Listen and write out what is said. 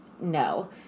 no